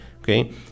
okay